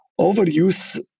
overuse